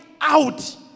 out